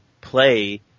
play